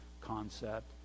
concept